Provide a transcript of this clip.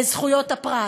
זכויות הפרט.